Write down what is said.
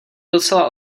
docela